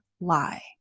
lie